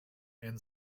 and